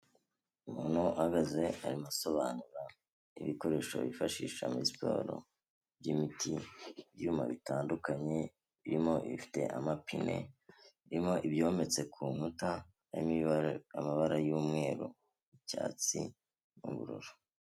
Umuntu ahagaze arimo asobanura ibikoresho bifashisha muri siporo by'imiti, ibyuma bitandukanye, birimo ibifite amapine, birimo ibyometse ku nkuta, harimo amabara y'umweru icyatsi n'ubururu.